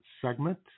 segment